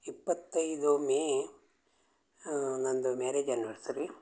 ಇಪ್ಪತ್ತೈದು ಮೇ ನಂದು marriage anniversary